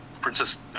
Princess